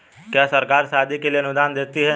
क्या सरकार शादी के लिए अनुदान देती है?